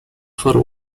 for